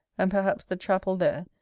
and perhaps the chapel there,